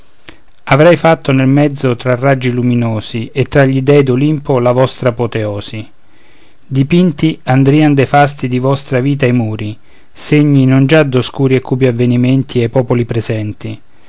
avrei fatto nel mezzo tra raggi luminosi e tra gli dèi d'olimpo la vostra apoteosi dipinti andrìan dei fasti di vostra vita i muri segni non già d'oscuri e cupi avvenimenti ai popoli presenti